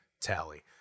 tally